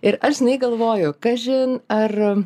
ir aš žinai galvoju kažin ar